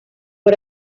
fue